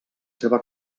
seva